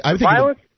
Violence